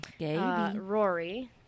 Rory